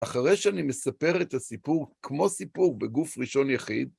אחרי שאני מספר את הסיפור כמו סיפור בגוף ראשון יחיד,